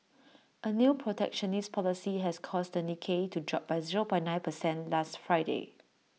A new protectionist policy has caused the Nikkei to drop by zero point nine percent last Friday